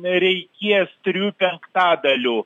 reikės trijų penktadalių